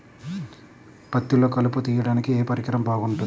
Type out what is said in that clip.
పత్తిలో కలుపు తీయడానికి ఏ పరికరం బాగుంటుంది?